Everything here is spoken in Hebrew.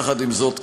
יחד עם זאת,